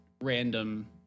random